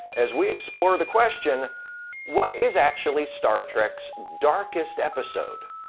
as we explore the question what is actually star trek's darkest episode?